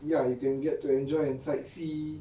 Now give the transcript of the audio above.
ya you can get to enjoy and sightsee